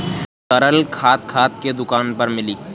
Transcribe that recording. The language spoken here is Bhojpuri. तरल खाद खाद के दुकान पर मिली